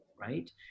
right